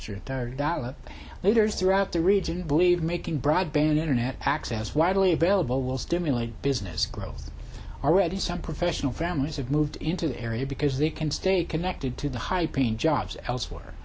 through leaders throughout the region believe making broadband internet access widely available will stimulate business growth already some professional families have moved into the area because they can stay connected to the high paying jobs elsewhere